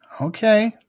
Okay